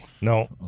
No